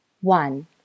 one